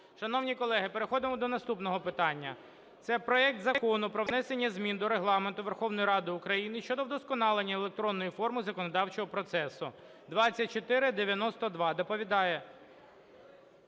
Шановні колеги, переходимо до наступного питання. Це проект Закону про внесення змін до Регламенту Верховної Ради України щодо вдосконалення електронної форми законодавчого процесу (2492). Доповідає